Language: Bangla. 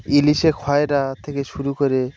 ইলিশ খয়রা থেকে শুরু করে